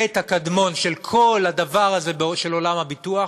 החטא הקדמון של כל הדבר הזה של עולם הביטוח